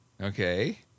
okay